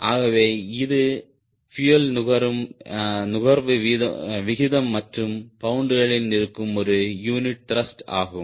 ஆகவே இது பியூயல் நுகர்வு விகிதம் மற்றும் பவுண்டுகளில் இருக்கும் ஒரு யூனிட் த்ருஷ்ட் ஆகும்